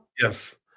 Yes